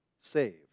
saved